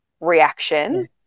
reaction